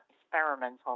experimental